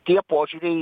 tie požiūriai